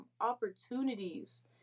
opportunities